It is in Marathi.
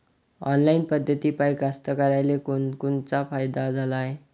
ऑनलाईन पद्धतीपायी कास्तकाराइले कोनकोनचा फायदा झाला हाये?